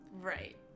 Right